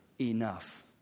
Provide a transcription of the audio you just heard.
enough